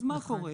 מה קורה?